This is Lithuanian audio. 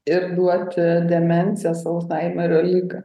ir duoti demencijas alzhaimerio ligą